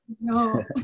No